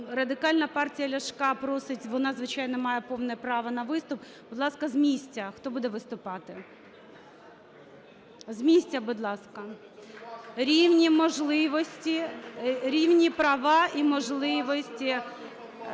Радикальна партія Ляшка просить, вона звичайно має повне право на виступ. Будь ласка, з місця, хто буде виступати? З місця, будь ласка. (Шум у залі) Рівні можливості… Рівні права і можливості…